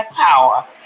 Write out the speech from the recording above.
power